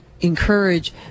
encourage